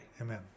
Amen